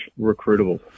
recruitable